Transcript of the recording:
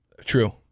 True